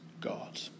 God